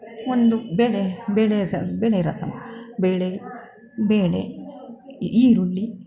ಒಂದು ಬೇಗ ಬೇಳೆ ಸಾ ಬೇಳೆ ರಸಮ್ ಬೇಳೆ ಬೇಳೆ ಈರುಳ್ಳಿ